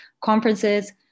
Conferences